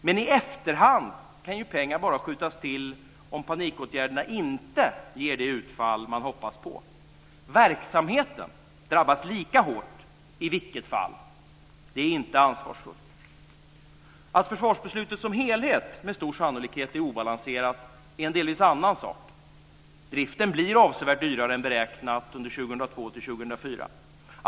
Men i efterhand kan pengar bara skjutas till om panikåtgärderna inte ger det utfall man hoppas på. Verksamheten drabbas lika hårt i vilket fall som helst. Det är inte ansvarsfullt. Att försvarsbeslutet som helhet med stor sannolikhet är obalanserat är en delvis annan sak. Driften blir avsevärt dyrare än beräknat under 2002-2004.